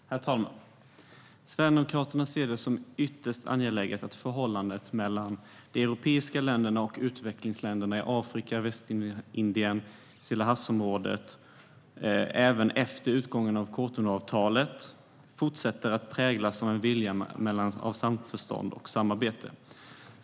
Herr talman! Sverigedemokraterna ser det som ytterst angeläget att förhållandet mellan de europeiska länderna och utvecklingsländerna i Afrika, Västindien och Stillahavsområdet även efter utgången av Cotonouavtalet fortsätter att präglas av en vilja till samförstånd och samarbete.